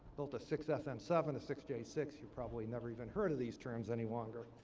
built a six s n seven, a six j six you probably never even heard of these terms any longer.